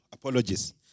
Apologies